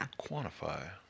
Quantify